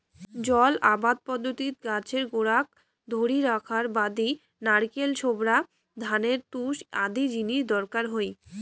জল আবাদ পদ্ধতিত গছের গোড়াক ধরি রাখার বাদি নারিকল ছোবড়া, ধানের তুষ আদি জিনিস দরকার হই